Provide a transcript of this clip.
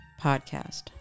Podcast